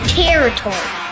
territory